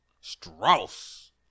Strauss